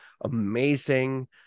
amazing